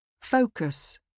Focus